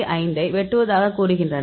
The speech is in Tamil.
5 ஐ வெட்டுவதாகக் கூறுகின்றன